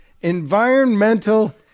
Environmental